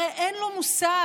הרי אין לו מושג.